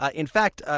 ah in fact,